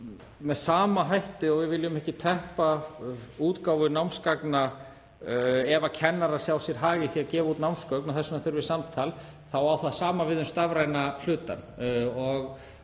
á sama hátt og við viljum ekki teppa útgáfu námsgagna ef kennarar sjá sér hag í því að gefa út námsgögn, og þess vegna þurfi samtal, þá á það við um stafræna hlutann.